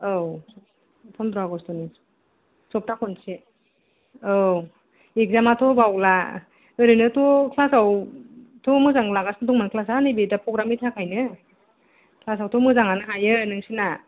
औ फनद्र आगस्तनि सप्ता खनसे औ इखजामाथ' बावला ओरैनो थ' क्लासाव थ' मोजां लागासिनो दंमोन दा नैबे फग्रामनि थाखायनो क्लासावथ' मोजांआनो हायो नोंसिना